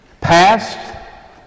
Past